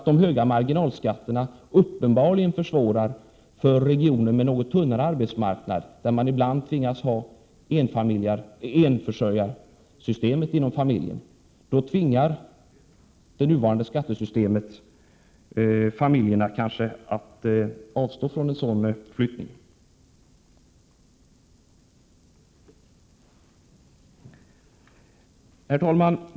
De höga marginalskatterna försvårar uppenbarligen situationen i regioner med något tunnare arbetsmarknad, där man ibland tvingas ha enförsörjarsystemet inom familjen. Det nuvarande skattesystemet kanske tvingar familjerna att avstå från att flytta. Herr talman!